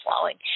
flowing